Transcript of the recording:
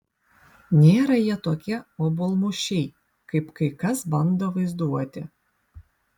nėra jie tokie obuolmušiai kaip kai kas bando vaizduoti